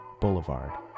Boulevard